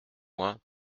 loin